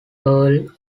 earl